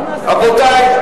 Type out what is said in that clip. רבותי,